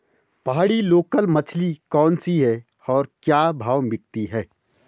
पहाड़ी लोकल मछली कौन सी है और क्या भाव बिकती है?